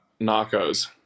narcos